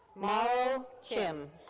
maro kim.